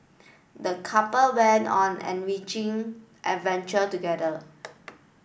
the couple went on enriching adventure together